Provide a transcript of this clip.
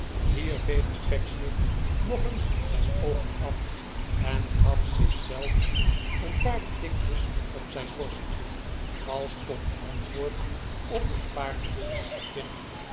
hier veegde pecksniff nog eens zijn oogen af en gaf zich zelf een paar tikjes op zijn borst als tot antwoord op een paar tikjes